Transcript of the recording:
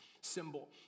symbol